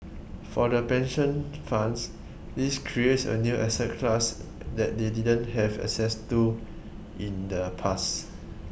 for the pension funds this creates a new asset class that they didn't have access to in the past